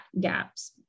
gaps